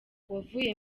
wavuye